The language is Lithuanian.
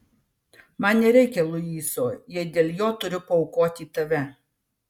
man nereikia luiso jei dėl jo turiu paaukoti tave